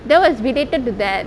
that was related to that